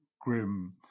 grim